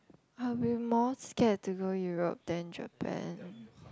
I'll be more scared to go Europe than Japan